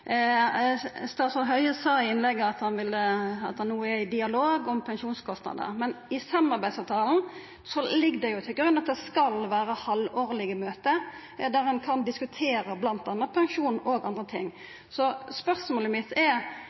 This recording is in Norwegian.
Statsråd Høie sa i innlegget at han no er i dialog om pensjonskostnadar, men i samarbeidsavtalen ligg det jo til grunn at det skal vera halvårlege møte, der ein kan diskutera bl.a. pensjon og andre ting. Spørsmålet mitt er: